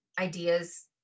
ideas